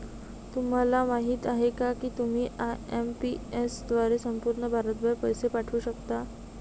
तुम्हाला माहिती आहे का की तुम्ही आय.एम.पी.एस द्वारे संपूर्ण भारतभर पैसे पाठवू शकता